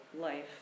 life